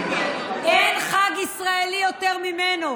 אין יותר חג ישראלי ממנו,